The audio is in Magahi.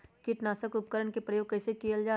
किटनाशक उपकरन का प्रयोग कइसे कियल जाल?